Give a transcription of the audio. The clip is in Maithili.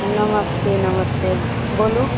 नमस्ते नमस्ते बोलू